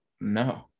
No